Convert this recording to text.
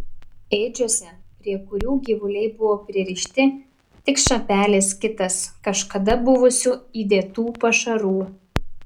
ėdžiose prie kurių gyvuliai buvo pririšti tik šapelis kitas kažkada buvusių įdėtų pašarų